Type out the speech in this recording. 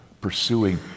pursuing